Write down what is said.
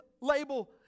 label